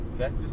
Okay